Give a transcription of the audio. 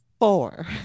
Four